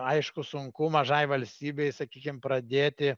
aišku sunku mažai valstybei sakykim pradėti